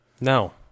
No